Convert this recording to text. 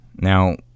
Now